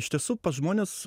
iš tiesų pas žmones